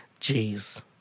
Jeez